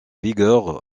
vigueur